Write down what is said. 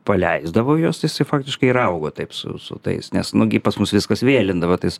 paleisdavau juos tai jisai faktiškai ir augo taip su su tais nes nu gi pas mus viskas vėlindavo tais